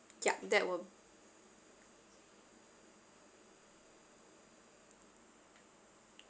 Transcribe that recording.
ya that will